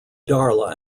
darla